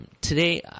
Today